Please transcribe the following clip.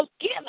give